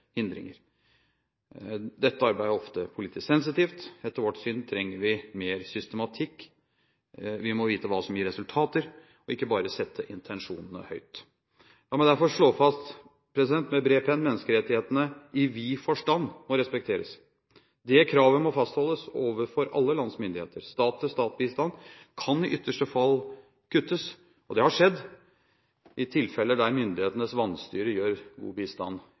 hindringer. Dette arbeidet er ofte politisk sensitivt. Etter vårt syn trenger vi mer systematikk. Vi må vite hva som gir resultater, ikke bare sette intensjonene høyt. La meg derfor slå fast – med bred penn – at menneskerettighetene i vid forstand må respekteres. Det kravet må fastholdes overfor alle lands myndigheter. Stat-til-stat-bistand kan i ytterste fall kuttes, og det har skjedd i tilfeller der myndighetenes vanstyre gjør bistand